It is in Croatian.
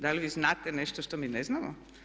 Da li vi znate nešto što mi ne znamo?